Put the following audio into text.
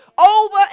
over